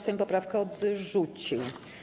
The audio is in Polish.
Sejm poprawkę odrzucił.